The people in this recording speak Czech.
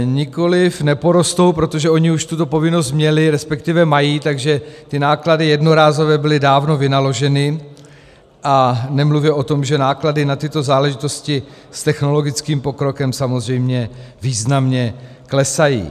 Nikoliv, neporostou, protože oni už tuto povinnost měli, resp. mají, takže ty náklady jednorázově byly dávno vynaloženy, nemluvě o tom, že náklady na tyto záležitosti s technologickým pokrokem samozřejmě významně klesají.